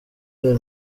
real